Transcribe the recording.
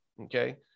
Okay